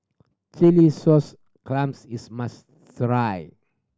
chilli sauce clams is must try